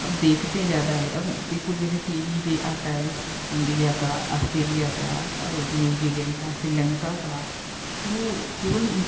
अब देखते ज़्यादा हैं अब देखो जैसे टी बी पे आता है इंडिया का अस्टेलिया का और न्यूजीलैंड का श्रीलंका का तो केवल